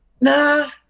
Nah